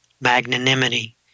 magnanimity